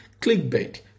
clickbait